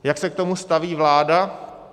Jak se k tomu staví vláda?